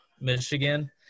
Michigan